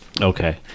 Okay